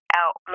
out